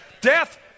Death